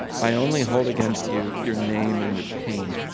i only hold against you your name and your pain.